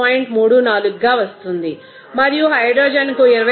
34 గా వస్తుంది మరియు హైడ్రోజన్కు 26